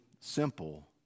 simple